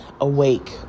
awake